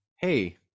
hey